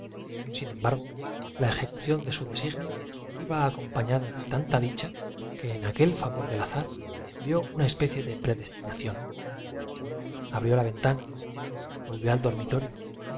qué bargo la ejecución de su designio iba acompañada de tanta dicha que pesado está el aire dijo próspero entre sí paréceme que respiro un en aquel favor del azar vió una especie de predestinación abrió la vapor húmedo el subayudante se explicó vagamente aquel efecto de ventana volvió al dormitorio